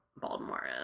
Baltimore